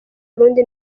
burundi